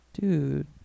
Dude